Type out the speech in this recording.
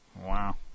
Wow